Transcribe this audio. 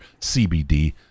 CBD